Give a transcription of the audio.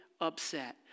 upset